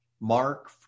Mark